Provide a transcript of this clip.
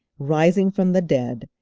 rising from the dead,